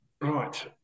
right